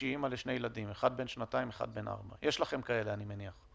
שהיא אימא לשני ילדים בני שנתיים וארבע אמורה לפעול במהלך השבוע?